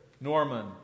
Norman